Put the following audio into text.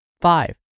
Five